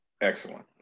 Excellent